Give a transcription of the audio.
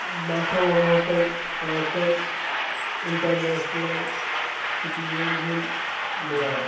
بہٕ ہَسا وَنو تۄہہِ پانٛژَن اِنٹَرنیشنَل سِٹیَن ہُنٛد ناو